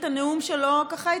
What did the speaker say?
ואז לכאורה,